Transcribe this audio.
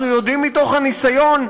אנחנו יודעים מתוך הניסיון,